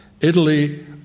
Italy